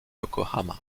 yokohama